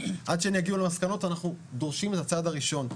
עד שהן תגענה למסקנות אנחנו דורשים את הצעד הראשון.